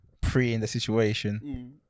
pre-in-the-situation